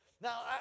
Now